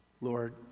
Lord